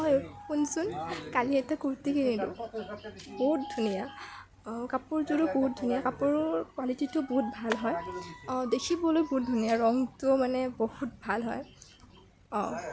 ঐ শুনচোন কালি এটা কুৰ্তি কিনিলোঁ বহুত ধুনীয়া কাপোৰযোৰো বহুত ধুনীয়া কাপোৰ কোৱালিটিটো বহুত ভাল হয় দেখিবলৈও মানে বহুত ধুনীয়া ৰংটো মানে বহুত ভাল হয় অঁ